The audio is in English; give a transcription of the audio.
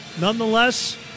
nonetheless